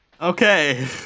Okay